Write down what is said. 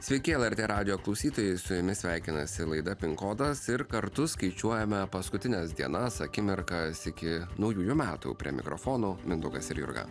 sveiki lrt radijo klausytojai su jumis sveikinasi laida pin kodas ir kartu skaičiuojame paskutines dienas akimirkas iki naujųjų metų prie mikrofonų mindaugas ir jurga